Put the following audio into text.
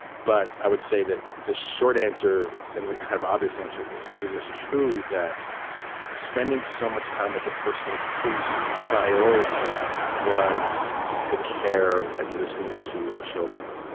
but i would say that the short answer and the kind of obvious answer is it is true that spending so much time with a person whose priority was the care and listening to of children,